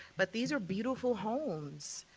but these are beautiful homes.